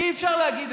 אי-אפשר להגיד,